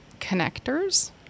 connectors